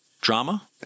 drama